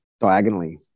diagonally